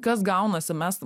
kas gaunasi mes